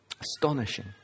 Astonishing